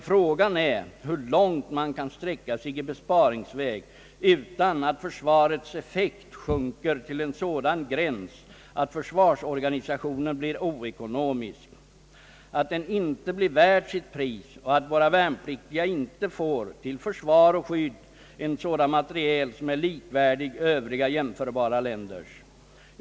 Frågan är dock hur långt man kan sträcka sig i besparingsväg utan att försvarets effekt sjunker till en sådan gräns att försvarsorganisationen blir oekonomisk, att den inte blir värd sitt pris och att våra värnpliktiga inte får, till försvar och skydd, sådan materiel som är likvärdig övriga jämförbara länders.